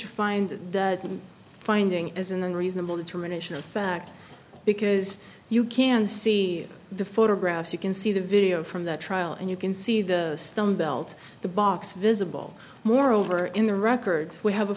you find that finding as an unreasonable determination of fact because you can see the photographs you can see the video from the trial and you can see the stone belt the box visible moreover in the record we have a